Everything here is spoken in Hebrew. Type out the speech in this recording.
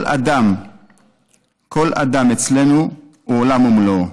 כל אדם אצלנו הוא עולם ומלואו.